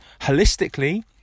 holistically